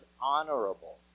honorable